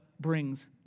brings